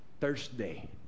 Thursday